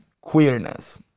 queerness